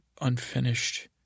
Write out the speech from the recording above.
unfinished